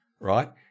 right